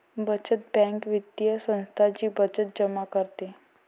बचत बँक वित्तीय संस्था जी बचत जमा करते